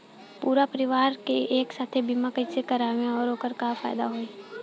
पूरा परिवार के एके साथे बीमा कईसे करवाएम और ओकर का फायदा होई?